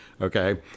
okay